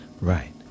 right